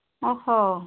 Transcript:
ଓ ହୋ